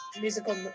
musical